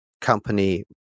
company